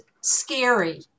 scary